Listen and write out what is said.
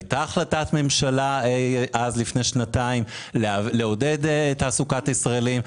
וגם הייתה החלטת ממשלה לפני שנתיים לעודד תעסוקת ישראלים,